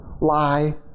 lie